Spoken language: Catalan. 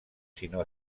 sinó